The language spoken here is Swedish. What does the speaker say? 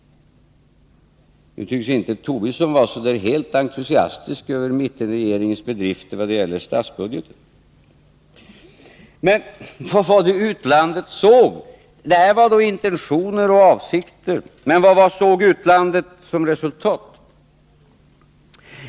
Nu tycks inte Lars Tobisson vara så där helt entusiastisk över mittenregeringens bedrifter vad gäller statsbudgeten. Men vad var det utlandet såg? Det här var intentioner och avsikter, men vad såg utlandet för resultat?